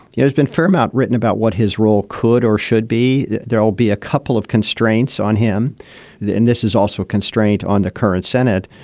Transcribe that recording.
yeah has been firm out written about what his role could or should be. there will be a couple of constraints on him and this is also a constraint on the current senate,